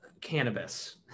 cannabis